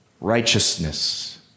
righteousness